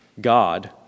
God